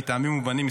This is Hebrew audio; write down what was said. מטעמים מובנים,